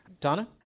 Donna